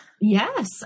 Yes